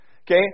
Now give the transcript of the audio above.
Okay